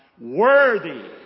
Worthy